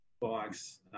bikes